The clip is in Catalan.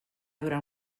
durar